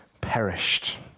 perished